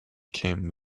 came